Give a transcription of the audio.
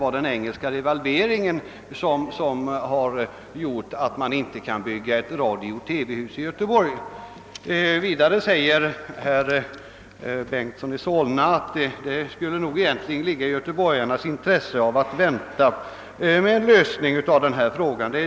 I debatten görs nu emellertid gällande att den engelska devalveringen medfört att ett radiooch TV-hus i Göteborg inte kan byggas. Herr Bengtson i Solna sade att det nog kan ligga i göteborgarnas intresse att vänta med en lösning av denna fråga.